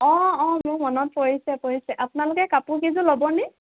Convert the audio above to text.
অঁ অঁ মোৰ মনত পৰিছে পৰিছে আপোনালোকে কাপোৰকেইযোৰ ল'বনে